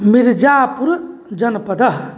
मिर्जापुरजनपदः